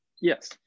Yes